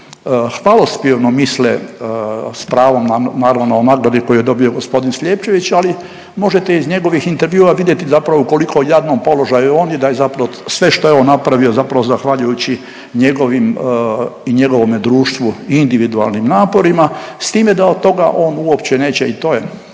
hvalospjevno misle s pravom naravno o nagradi koju je dobio g. Slijepčević, ali možete iz njegovih intervjua vidjeti zapravo koliko jadnom položaju je onda da je zapravo sve što je on napravio zapravo zahvaljujući njegovim i njegovome društvu individualnim naporima, s time da od toga on uopće neće i to je